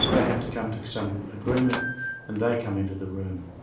they have to come to some agreement and they come into the room.